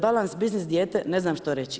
Balans biznis-dijete, ne znam što reći.